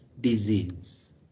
disease